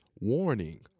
warning